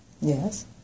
Yes